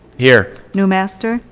here. newmaster.